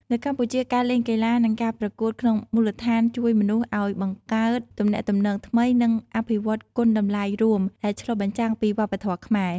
នៅកម្ពុជា ការលេងកីឡា និងការប្រកួតក្នុងមូលដ្ឋានជួយមនុស្សឲ្យបង្កើតទំនាក់ទំនងថ្មី និងអភិវឌ្ឍគុណតម្លៃរួម ដែលឆ្លុះបញ្ចាំងពីវប្បធម៌ខ្មែរ។